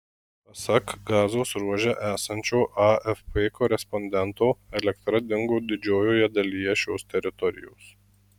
pasak gazos ruože esančio afp korespondento elektra dingo didžiojoje dalyje šios teritorijos